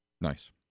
nice